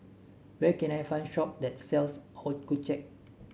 where can I find a shop that sells Accucheck